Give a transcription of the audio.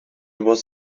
was